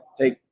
Take